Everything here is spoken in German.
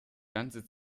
ganze